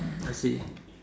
I see